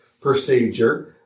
procedure